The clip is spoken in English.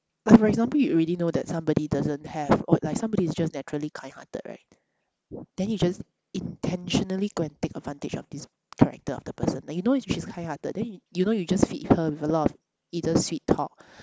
like for example you already know that somebody doesn't have or like somebody is just naturally kindhearted right then you just intentionally go and take advantage of this character of the person like you know if she's kindhearted then you know you just feed her with a lot of either sweet talk